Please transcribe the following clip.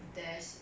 it's a bit